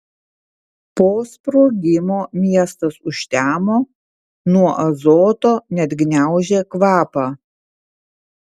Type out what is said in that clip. po sprogimo miestas užtemo nuo azoto net gniaužė kvapą